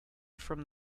from